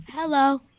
Hello